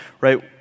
right